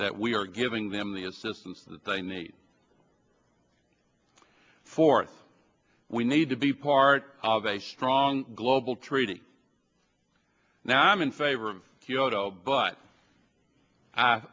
that we are giving them the assistance that they need forth we need to be part of a strong global treaty now i'm in favor of kyoto but i